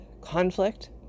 conflict